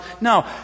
No